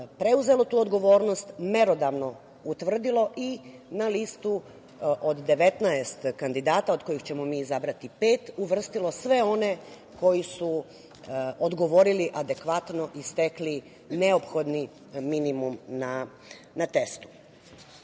preuzelo tu odgovornost, merodavno utvrdilo i na listu od 19 kandidata, od kojih ćemo mi izabrati pet, uvrstilo sve one koji su odgovorili adekvatno i stekli neophodni minimum na testu. Veće